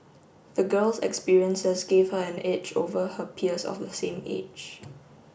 the girl's experiences gave her an edge over her peers of the same age